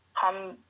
come